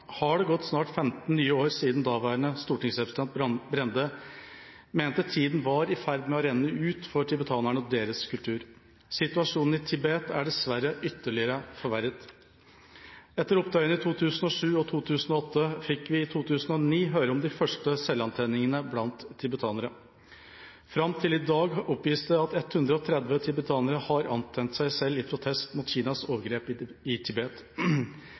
har det gått snart 15 nye år siden daværende stortingsrepresentant Brende mente tida var i ferd med å renne ut for tibetanerne og deres kultur. Situasjonen i Tibet er dessverre ytterligere forverret. Etter opptøyene i 2007 og 2008 fikk vi i 2009 høre om de første selvpåtenningene blant tibetanere. Fram til i dag oppgis det at 130 tibetanere har antent seg selv i protest mot Kinas overgrep i Tibet. Flertallet er døde. Rettsoppgjøret etter opptøyene i